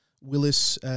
Willis